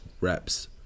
reps